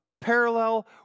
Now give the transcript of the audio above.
parallel